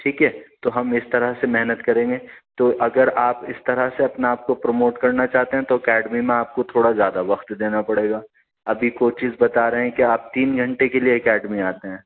ٹھیک ہے تو ہم اس طرح سے محنت کریں گے تو اگر آپ اس طرح سے اپنا آپ کو پروموٹ کرنا چاہتے ہیں تو اکیڈمی میں آپ کو تھوڑا زیادہ وقت دینا پڑے گا ابھی کوچز بتا رہے ہیں کہ آپ تین گھنٹے کے لیے اکیڈمی آتے ہیں